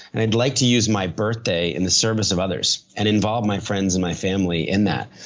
and i'd like to use my birthday in the service of others and involve my friends and my family in that.